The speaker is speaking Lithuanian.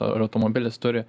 ar automobilis turi